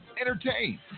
entertain